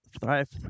thrive